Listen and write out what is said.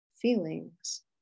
feelings